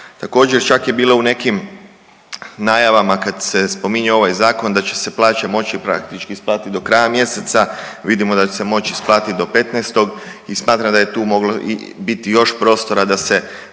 Također čak je bilo u nekim najavama kad se spominje ovaj zakon da će se plaće moći praktički isplatiti do kraja mjeseca, vidimo da će se moći isplatiti do 15. i smatram da je tu moglo i biti još prostora da se